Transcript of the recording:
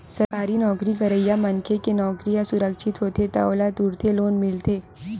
सरकारी नउकरी करइया मनखे के नउकरी ह सुरक्छित होथे त ओला तुरते लोन मिलथे